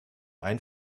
ein